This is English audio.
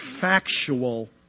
factual